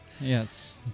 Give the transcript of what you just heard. Yes